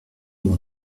mon